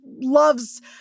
loves